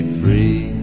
free